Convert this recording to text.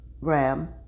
Ram